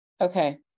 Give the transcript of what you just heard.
Okay